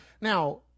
Now